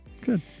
Good